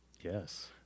Yes